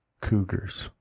cougars